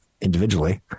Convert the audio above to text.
individually